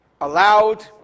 allowed